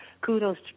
kudos